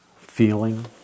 feeling